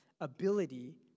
ability